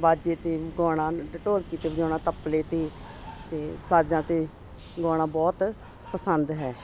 ਬਾਜੇ 'ਤੇ ਗਾਉਣਾ ਢ ਢੋਲਕੀ 'ਤੇ ਵਜਾਉਣਾ ਤਬਲੇ 'ਤੇ ਅਤੇ ਸਾਜ਼ਾਂ 'ਤੇ ਗਾਉਣਾ ਬਹੁਤ ਪਸੰਦ ਹੈ